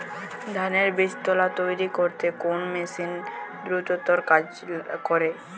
ধানের বীজতলা তৈরি করতে কোন মেশিন দ্রুততর কাজ করে?